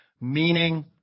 Meaning